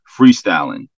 freestyling